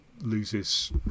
loses